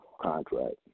contract